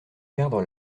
perdre